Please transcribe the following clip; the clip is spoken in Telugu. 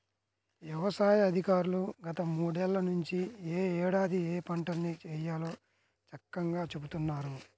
యవసాయ అధికారులు గత మూడేళ్ళ నుంచి యే ఏడాది ఏయే పంటల్ని వేయాలో చక్కంగా చెబుతున్నారు